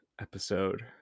episode